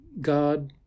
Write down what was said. God